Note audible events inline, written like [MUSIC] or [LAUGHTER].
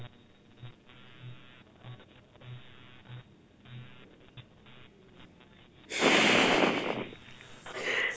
[LAUGHS]